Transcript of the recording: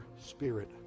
spirit